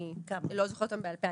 אני לא זוכרת אותם בעל פה.